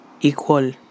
equal